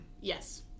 yes